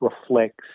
reflects